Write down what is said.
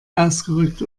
ausgerückt